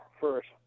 first